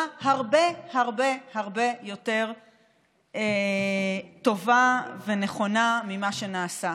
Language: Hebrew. הרבה הרבה יותר טובה ונכונה ממה שנעשה.